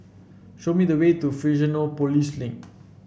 show me the way to Fusionopolis Link